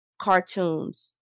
cartoons